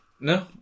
no